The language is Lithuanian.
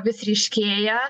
vis ryškėja